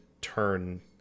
turn